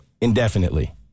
indefinitely